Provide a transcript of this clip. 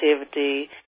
activity